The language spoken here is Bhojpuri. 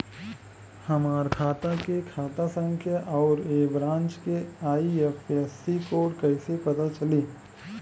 हमार खाता के खाता संख्या आउर ए ब्रांच के आई.एफ.एस.सी कोड कैसे पता चली?